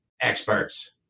experts